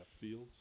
Fields